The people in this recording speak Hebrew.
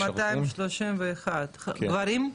גברים?